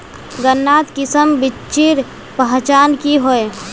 गन्नात किसम बिच्चिर पहचान की होय?